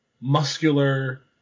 muscular